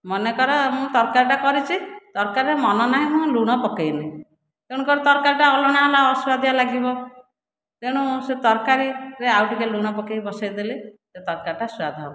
ମନେକର ମୁଁ ତରକାରୀଟା କରିଛି ତରକାରୀରେ ମନେ ନାହିଁ ମୁଁ ଲୁଣ ପକାଇନି ତେଣୁକରି ତରକାରୀଟା ଅଲଣା ହେଲା ଅସୁଆଦିଆ ଲାଗିବ ତେଣୁ ସେ ତରକାରୀରେ ଆଉ ଟିକିଏ ଲୁଣ ପକେଇ ବସେଇଦେଲେ ତରକାରୀଟା ସୁଆଦ ହେବ